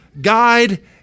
guide